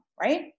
right